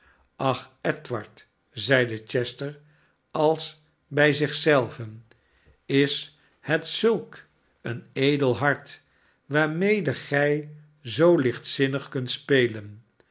ach edward zeide chester als bij zich zelven is het zulk een edel hart waarmede gij zoo lichtzinnig kunt spelen